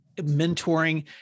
mentoring